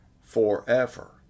forever